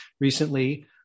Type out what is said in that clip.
recently